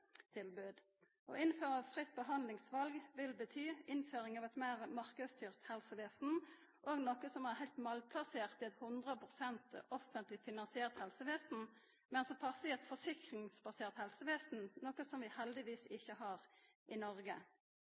Å innføra fritt behandlingsval vil bety innføring av eit meir marknadsstyrt helsevesen, noko som er heilt malplassert i eit 100 pst. offentleg finansiert helsevesen, men som passar i eit forsikringsbasert helsevesen, noko som vi heldigvis ikkje har i Noreg.